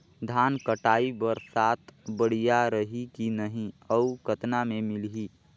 धान कटाई बर साथ बढ़िया रही की नहीं अउ कतना मे मिलही?